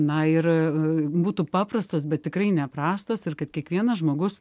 na ir būtų paprastos bet tikrai neprastos ir kad kiekvienas žmogus